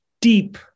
deep